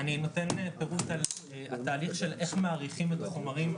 אני נותן פירוט על תהליך של איך מעריכים את החומרים,